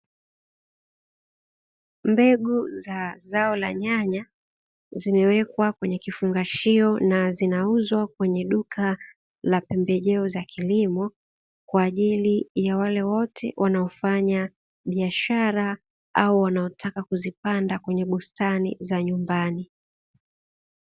Mbegu za zao la nyanya, zimewekwa kwenye kifungashio na zinauzwa kwenye duka la pembejeo za kilimo, kwa ajili ya wale wote wanaofanya biashara au wanaotaka kuzipanda kwenye bustani za nyumbani.